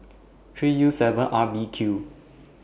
three U seven R B Q